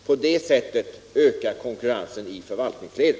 På det sättet ökar konkurrensen i förvaltningsledet.